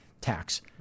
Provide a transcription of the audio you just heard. tax